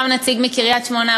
גם נציג מקריית-שמונה,